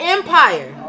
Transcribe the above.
Empire